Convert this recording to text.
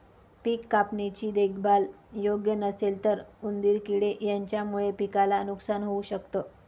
पिक कापणी ची देखभाल योग्य नसेल तर उंदीर किडे यांच्यामुळे पिकाला नुकसान होऊ शकत